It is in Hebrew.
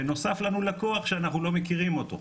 ונוסף לנו לקוח שאנחנו לא מכירים אותו,